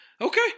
Okay